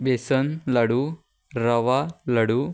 बेसन laddoo rava लाडू